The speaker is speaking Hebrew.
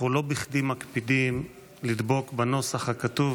לא בכדי אנחנו מקפידים לדבוק בנוסח הכתוב,